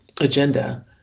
agenda